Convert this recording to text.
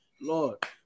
Lord